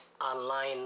online